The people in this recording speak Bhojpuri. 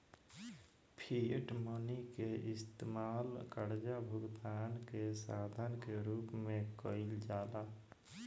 फिएट मनी के इस्तमाल कर्जा भुगतान के साधन के रूप में कईल जाला